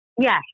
Yes